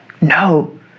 No